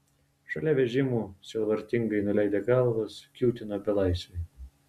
šalia vežimų sielvartingai nuleidę galvas kiūtino belaisviai